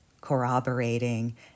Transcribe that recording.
corroborating